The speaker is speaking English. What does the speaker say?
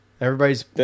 Everybody's